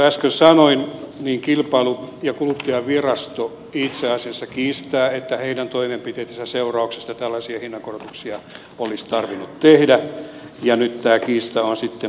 niin kuin äsken sanoin kilpailu ja kuluttajavirasto itse asiassa kiistää että heidän toimenpiteittensä seurauksesta tällaisia hinnankorotuksia olisi tarvinnut tehdä ja nyt tämä kiista on sitten markkinaoikeudessa